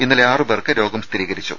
ഇന്നലെ ആറു പേർക്ക് രോഗം സ്ഥിരീകരിച്ചു